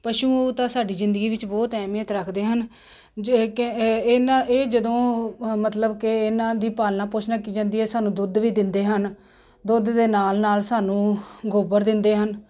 ਪਸ਼ੂ ਤਾਂ ਸਾਡੀ ਜ਼ਿੰਦਗੀ ਵਿੱਚ ਬਹੁਤ ਅਹਿਮੀਅਤ ਰੱਖਦੇ ਹਨ ਜੇ ਕਿ ਇਹਨਾਂ ਇਹ ਜਦੋਂ ਮਤਲਬ ਕਿ ਇਹਨਾਂ ਦੀ ਪਾਲਣਾ ਪੋਸ਼ਣਾ ਕੀਤੀ ਜਾਂਦੀ ਹੈ ਸਾਨੂੰ ਦੁੱਧ ਵੀ ਦਿੰਦੇ ਹਨ ਦੁੱਧ ਦੇ ਨਾਲ ਨਾਲ ਸਾਨੂੰ ਗੋਬਰ ਦਿੰਦੇ ਹਨ